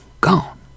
Gone